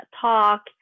talk